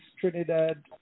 Trinidad